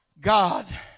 God